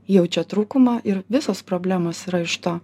jaučia trūkumą ir visos problemos yra iš to